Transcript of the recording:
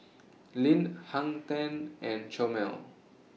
Lindt Hang ten and Chomel